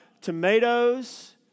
tomatoes